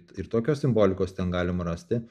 ir tokios simbolikos ten galima rasti